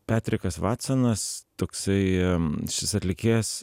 petrikas vatsonas toksai šis atlikėjas